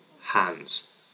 hands